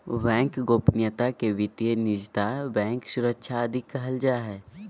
bank गोपनीयता के वित्तीय निजता, बैंक सुरक्षा आदि कहल जा हइ